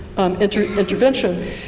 Intervention